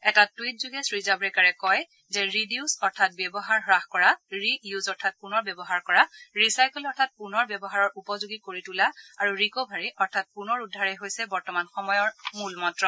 এটা টুইট যোগেদি শ্ৰীজাভড়েকাৰে কয় যে ৰিডিউস অৰ্থাৎ ব্যৱহাৰ হ্ৰাস কৰা ৰিইউজ অৰ্থাৎ পুনৰ ব্যৱহাৰ কৰা ৰিচাইকল অৰ্থাৎ পুনৰ ব্যৱহাৰৰ উপযোগী কৰি তোলা আৰু ৰিক ভাৰি অৰ্থাৎ পুনৰ উদ্ধাৰেই হৈছে বৰ্তমান সময়ৰ মূল মন্ত্ৰ